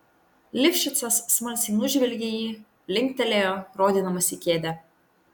lifšicas smalsiai nužvelgė jį linktelėjo rodydamas į kėdę